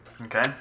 Okay